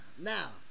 Now